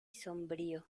sombrío